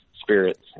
spirits